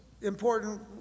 important